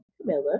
Camilla